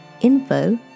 info